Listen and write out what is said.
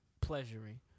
pleasuring